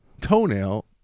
toenail